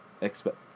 Expect